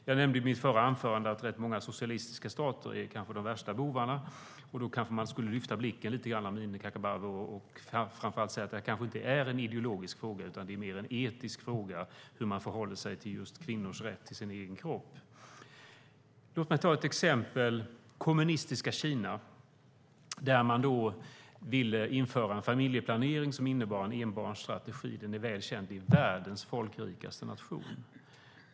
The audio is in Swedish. Jag nämnde i mitt förra anförande att rätt många socialistiska stater är bland de värsta bovarna. Man kanske ska lyfta blicken lite grann, Amineh Kakabaveh, och framför allt se att det kanske inte är en ideologisk fråga utan mer en etisk fråga hur man förhåller sig till kvinnors rätt till sin egen kropp. Låt mig ta ett exempel. I det kommunistiska Kina ville man införa en familjeplanering som innebar en ettbarnsstrategi. Den är välkänd. Det är världens folkrikaste nation.